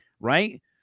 Right